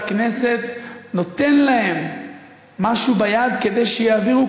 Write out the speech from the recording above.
כנסת ונותן להם משהו ביד כדי שיעבירו,